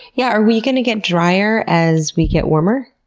yeah. are we going to get drier as we get warmer?